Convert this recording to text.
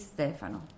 Stefano